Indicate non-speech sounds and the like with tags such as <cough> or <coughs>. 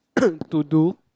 <coughs> to do